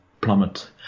plummet